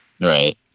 right